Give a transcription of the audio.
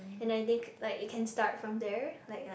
and I think like you can start from there like like